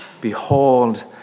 Behold